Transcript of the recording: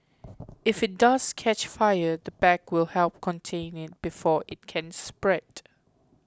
if it does catch fire the bag will help contain it before it can spread